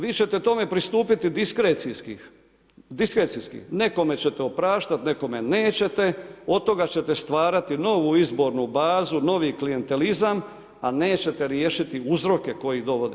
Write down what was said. Vi ćete tome pristupiti diskrecijski, nekome ćete opraštati, nekome nećete, od toga ćete stvarati novu izbornu bazu, novi klijentelizam a neće riješiti uzroke koji dovode.